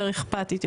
יותר אכפתית,